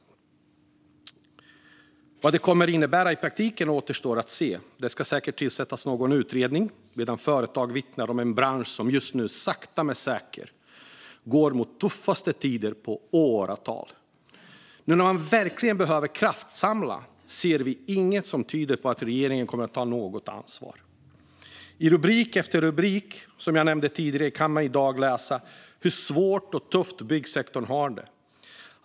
Vad det kommer att innebära i praktiken återstår att se. Det ska säkert tillsättas någon utredning medan företag vittnar om en bransch som just nu sakta men säkert går mot de tuffaste tiderna på åratal. Nu när man verkligen behöver kraftsamla ser vi inget som tyder på att regeringen kommer att ta något ansvar. I dag kan man, som jag nämnde tidigare, läsa rubrik efter rubrik om hur svårt och tufft byggsektorn har det.